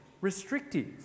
restrictive